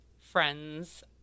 friends